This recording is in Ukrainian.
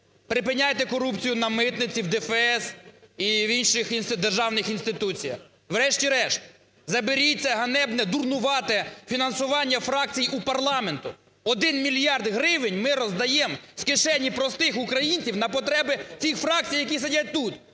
Припиняйте корупцію на митниці, в ДФС і в інших державних інституціях. Врешті-решт, заберіть це ганебне, дурнувате фінансування фракцій у парламенту. Один мільярд гривень ми роздаємо з кишені простих українців на потреби цих фракцій, які сидять тут.